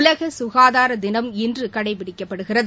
உலக சுகாதாரதினம் இன்று கடைபிடிக்கப்படுகிறது